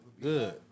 good